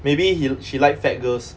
maybe he she like fat girls